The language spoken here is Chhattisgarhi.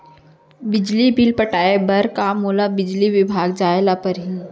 बिजली बिल पटाय बर का मोला बिजली विभाग जाय ल परही?